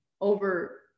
over